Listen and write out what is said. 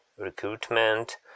recruitment